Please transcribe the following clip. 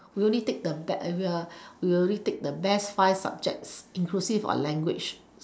we only take the we only take the best five subjects inclusive of language